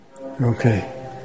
Okay